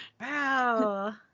Wow